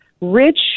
rich